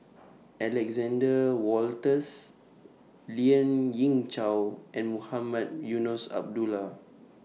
Alexander Wolters Lien Ying Chow and Mohamed Eunos Abdullah